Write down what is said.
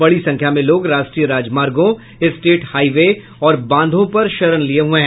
बड़ी संख्या में लोग राष्ट्रीय राजमार्गों स्टेट हाईवे और बांधों पर शरण लिये हुये हैं